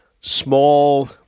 small